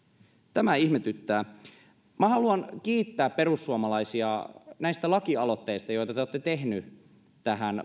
tämä ihmetyttää minä haluan kiittää perussuomalaisia näistä lakialoitteista joita te olette tehneet tähän